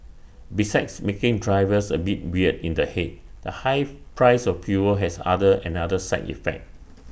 besides making drivers A bit weird in the Head the high price of fuel has other another side effect